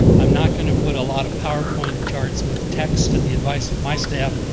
i'm not going to put a lot of powerpoint charts with text, at the advice of my staff,